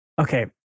Okay